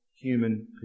human